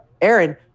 Aaron